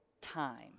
time